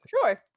Sure